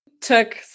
took